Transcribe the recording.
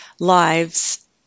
lives